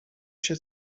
się